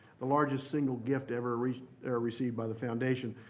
the largest single gift ever received ever received by the foundation.